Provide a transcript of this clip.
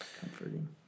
comforting